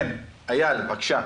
איל, בבקשה.